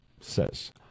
says